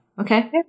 Okay